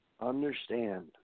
Understand